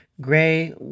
gray